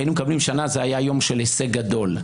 ואם היינו מקבלים שנה זה היה יום של הישג גדול.